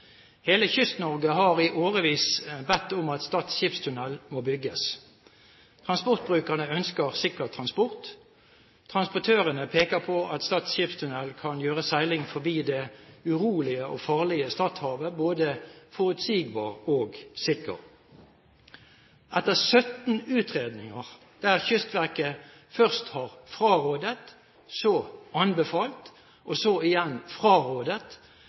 Transportørene peker på at Stad skipstunnel kan gjøre seiling forbi det urolige og farlige Stadhavet både forutsigbart og sikkert. Etter 17 utredninger, der Kystverket først har frarådet, så anbefalt, og så igjen frarådet